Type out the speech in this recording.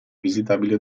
visitabile